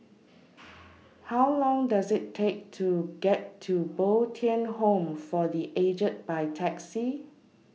How Long Does IT Take to get to Bo Tien Home For The Aged By Taxi